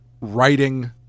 writing